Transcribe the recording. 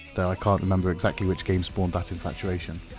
though i can't remember exactly which game spawned that infatuation.